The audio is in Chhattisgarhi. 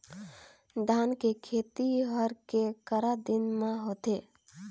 धान के खेती हर के करा दिन म होथे?